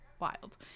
Wild